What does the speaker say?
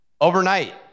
Overnight